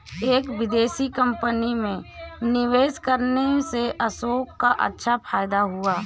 एक विदेशी कंपनी में निवेश करने से अशोक को अच्छा फायदा हुआ